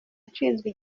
nshinzwe